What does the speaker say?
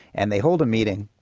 and they hold a meeting,